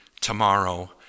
tomorrow